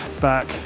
back